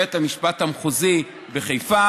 בבית המשפט המחוזי בחיפה,